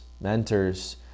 mentors